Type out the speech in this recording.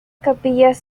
capillas